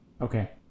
Okay